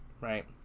Right